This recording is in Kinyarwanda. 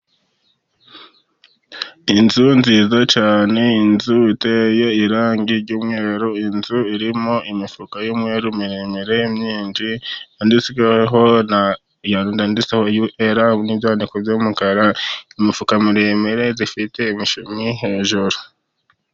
Inzu nziza cyane, inzu iteye irangi ry'umweru, inzu irimo imifuka y'umweru miremire myinshi, yanditswe urea n'ibyandiko by'umukara. Imifuka miremire ifite udushumi hejuru.